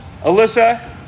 Alyssa